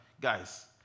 guys